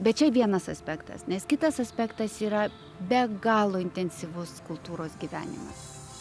bet čia vienas aspektas nes kitas aspektas yra be galo intensyvus kultūros gyvenimas